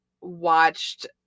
watched